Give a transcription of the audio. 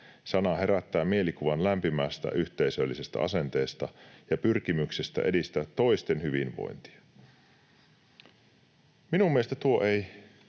Sana herättää mielikuvan lämpimästä, yhteisöllisestä asenteesta ja pyrkimyksestä edistää toisten hyvinvointia.” Minun mielestäni tuo